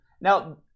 Now